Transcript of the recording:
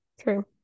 True